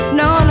no